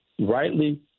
rightly